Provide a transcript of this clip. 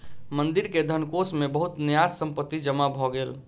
मंदिर के धनकोष मे बहुत न्यास संपत्ति जमा भ गेल